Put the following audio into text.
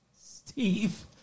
Steve